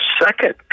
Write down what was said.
second